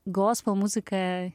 gospel muzika